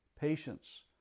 patience